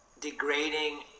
degrading